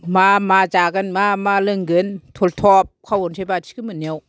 मा मा जागोन मा मा लोंगोन थलथब खावहरसै बाथि गोमोरनायाव